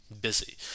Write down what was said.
busy